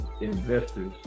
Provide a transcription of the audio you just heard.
investors